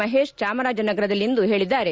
ಮಹೇಶ್ ಚಾಮರಾಜನಗರದಲ್ಲಿಂದು ಹೇಳಿದ್ದಾರೆ